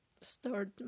start